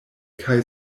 kaj